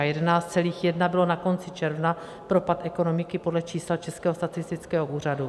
11,1 bylo na konci června propad ekonomiky podle čísel Českého statistického úřadu.